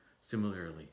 similarly